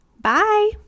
Bye